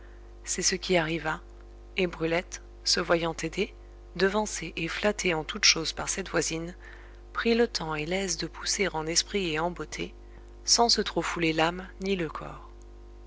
c'est ce qui arriva et brulette se voyant aidée devancée et flattée en toutes choses par cette voisine prit le temps et l'aise de pousser en esprit et en beauté sans se trop fouler l'âme ni le corps